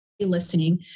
listening